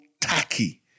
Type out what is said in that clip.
tacky